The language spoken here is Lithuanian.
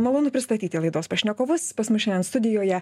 malonu pristatyti laidos pašnekovus pas mus šiandien studijoje